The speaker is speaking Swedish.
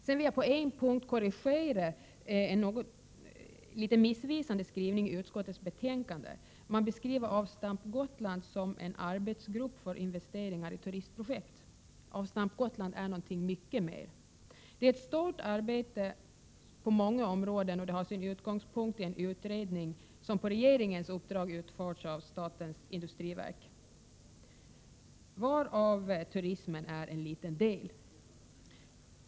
På en punkt vill jag korrigera en något missvisande skrivning i utskottets betänkande. Man beskriver nämligen ”Avstamp Gotland” som en arbetsgrupp för investeringar i turistprojekt. ”Avstamp Gotland” är dock något mycket mera. Det gäller ett stort arbete på många områden. Utgångspunkten är en utredning som på regeringens uppdrag har utförts av statens industriverk. Turismen utgör en liten del i sammanhanget.